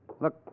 Look